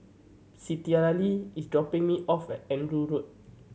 Citlalli is dropping me off at Andrew Road